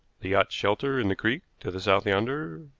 the yachts shelter in the creek to the south yonder.